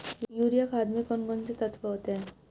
Urea खाद में कौन कौन से तत्व होते हैं?